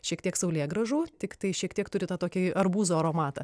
šiek tiek saulėgrąžų tiktai šiek tiek turi tą tokį arbūzo aromatą